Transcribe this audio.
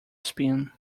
spin